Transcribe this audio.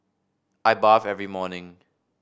I bathe every morning